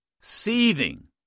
Seething